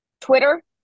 Twitter